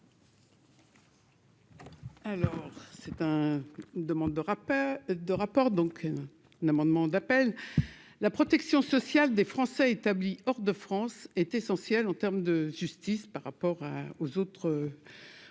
Alors. C'est un demande de de rapporte donc l'amendement d'appel, la protection sociale des Français établis hors de France est essentiel en terme de justice par rapport aux autres,